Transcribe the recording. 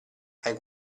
hai